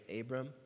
Abram